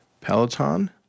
Peloton